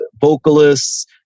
vocalists